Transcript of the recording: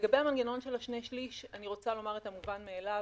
לגבי המנגנון של שני שליש אני רוצה לומר את המובן מאליו.